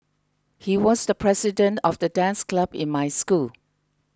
he was the president of the dance club in my school